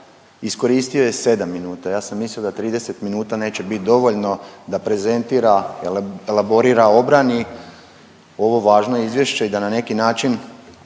iskoristio je 7 minuta. Ja sam mislio da 30 minuta neće bit dovoljno da prezentira, elaborira, obrani ovo važno izvješće i da na neki način